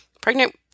pregnant